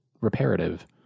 reparative